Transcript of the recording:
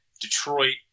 Detroit